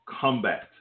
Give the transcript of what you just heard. combat